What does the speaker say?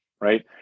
right